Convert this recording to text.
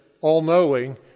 all-knowing